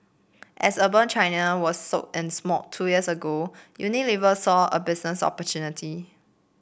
as urban China was soak in smog two years ago Unilever saw a business opportunity